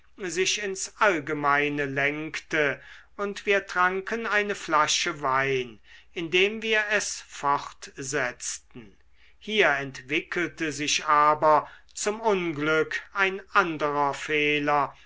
sich ins allgemeine lenkte und wir tranken eine flasche wein indem wir es fortsetzten hier entwickelte sich aber zum unglück ein anderer fehler